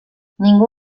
ningú